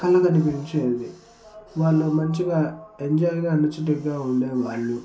కలకట్టి పెంచేది వాళ్ళు మంచిగా ఎంజాయ్గా ఎనర్జిటిక్గా ఉండే వాళ్ళు